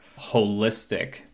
holistic